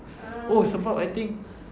oh sebab I think